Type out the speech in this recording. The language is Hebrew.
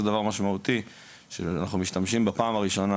דבר משמעותי שאנחנו משתמשים בפעם הראשונה